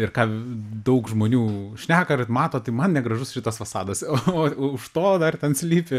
ir ką daug žmonių šneka ir mato tai man negražus šitas fasadas o už to dar ten slypi